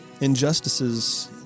Injustices